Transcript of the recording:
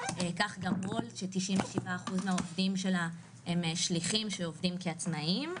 כך גם וולט ש-97% מהעובדים שלה הם שליחים שעובדים כעצמאים.